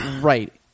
right